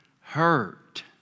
hurt